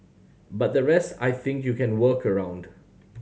but the rest I think you can work around